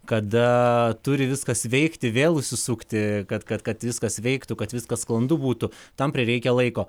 kada turi viskas veikti vėl užsisukti kad kad kad viskas veiktų kad viskas sklandu būtų tam prireikia laiko